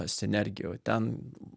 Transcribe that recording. sinergijų ten